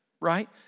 right